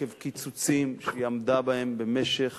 עקב קיצוצים שהיא עמדה בהם במשך